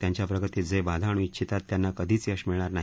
त्यांच्या प्रगतीत जे बाधा आणू इच्छितात त्यांना कधीच यश मिळणार नाही